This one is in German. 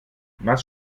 was